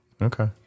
Okay